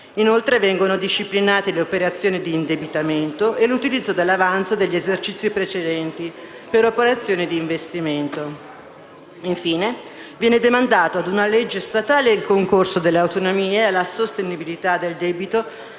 Inoltre, vengono disciplinate le operazioni di indebitamento e l'utilizzo dell'avanzo degli esercizi precedenti per operazioni di investimento. Infine, viene demandato a una legge statale il concorso delle autonomie alla sostenibilità del debito